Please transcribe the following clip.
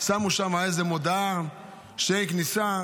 שמו שם איזו מודעה שאין כניסה,